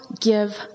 give